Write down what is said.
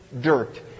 dirt